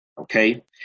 okay